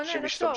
רונן, עצור.